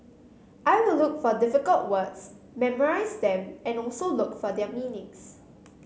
I will look for difficult words memorise them and also look for their meanings